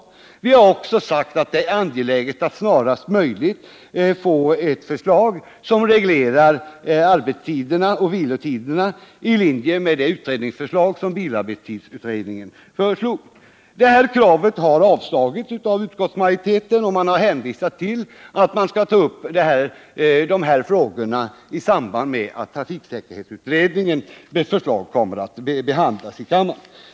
Det har också sagts att det är angeläget att snarast möjligt få ett förslag som reglerar arbetstiderna och vilotiderna i linje med det utredningsförslag som bilarbetstidsutredningen lade fram. Dessa krav har avstyrkts av utskottsmajoriteten, som har hänvisat till att de här frågorna skall tas upp i samband med att trafiksäkerhetsutredningens förslag behandlas i kammaren.